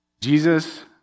Jesus